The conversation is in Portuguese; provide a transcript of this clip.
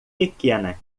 pequena